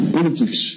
Politics